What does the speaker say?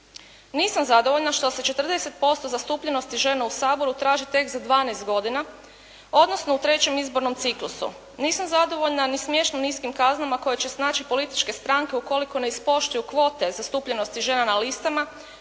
Nisam zadovoljna što se 40% zastupljenosti žena u Saboru traži tek za 12 godina odnosno u 3. izbornom ciklusu. Nisam zadovoljna ni smiješno niskim kaznama koje će snaći političke stranke ukoliko ne ispoštuju kvote zastupljenosti žena na listama